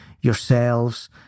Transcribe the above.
yourselves